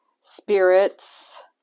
spirits